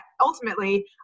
ultimately